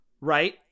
right